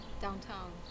downtown